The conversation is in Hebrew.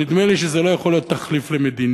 אבל נדמה לי שזה לא יכול להיות תחליף למדיניות,